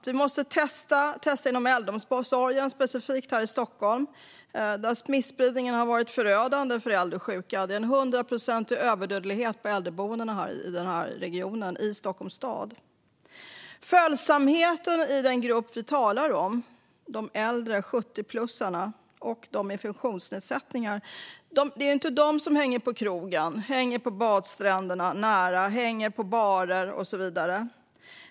Vi måste testa inom äldreomsorgen, specifikt här i Stockholm där smittspridningen har varit förödande för äldre och sjuka. Det är en 100-procentig överdödlighet på äldreboendena i Stockholms stad. Jag vill säga något om följsamheten i den grupp vi talar om, alltså bland de äldre - 70-plussarna - och dem med funktionsnedsättningar. Det är ju inte de som hänger på krogen, som hänger på badstränderna med nära avstånd, som hänger på barer och så vidare.